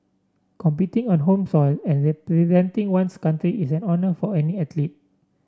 competing on home soil and representing one's country is an honour for any athlete